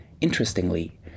Interestingly